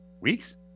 Weeks